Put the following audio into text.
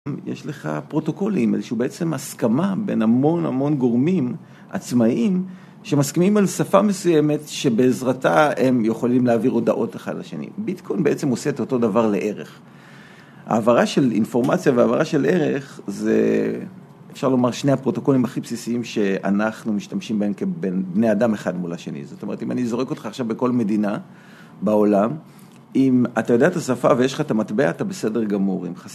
יש לך פרוטוקולים, איזושהי בעצם הסכמה בין המון המון גורמים עצמאיים שמסכימים על שפה מסוימת שבעזרתה הם יכולים להעביר הודעות אחת לשני. ביטקוין בעצם עושה את אותו דבר לערך. העברה של אינפורמציה והעברה של ערך זה אפשר לומר שני הפרוטוקולים הכי בסיסיים שאנחנו משתמשים בהם כבני אדם אחד מול השני, זאת אומרת אם אני זורק אותך עכשיו בכל מדינה בעולם, אם אתה יודע את השפה ויש לך את המטבע אתה בסדר גמור